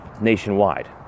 nationwide